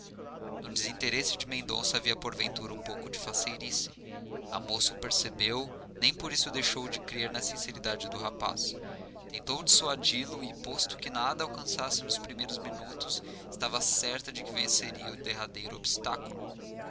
no desinteresse de mendonça havia porventura um pouco de faceirice a moça o percebeu nem por isso deixou de crer na sinceridade do rapaz tentou dissuadi-lo e posto nada alcançasse nos primeiros minutos estava certa de que venceria o derradeiro obstáculo